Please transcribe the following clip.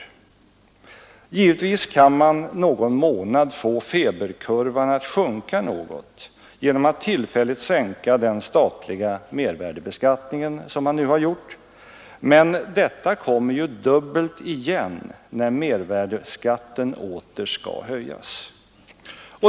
Givetvis kan man någon månad få feberkurvan att sjunka något genom att tillfälligt sänka den statliga mervärdebeskattningen, som man nu har gjort, men detta kommer ju dubbelt igen när mervärdeskatten åter skall höjas.